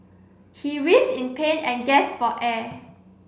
he with in pain and gasp for air